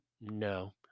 No